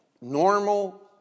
normal